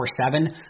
24-7